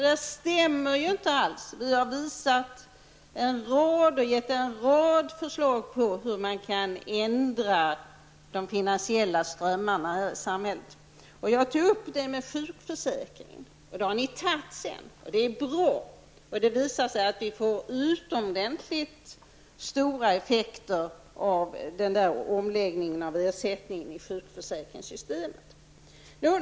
Det stämmer inte alls. Vi har givit en rad förslag på hur man kan ändra de finansiella strömmarna i samhället. Jag tog upp frågan om sjukförsäkringen. Det förslaget har ni accepterat. Det är bra. Det har visat sig att omläggningen av ersättningen för sjukförsäkringssystemet fått utomordentligt stora effekter.